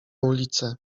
ulicę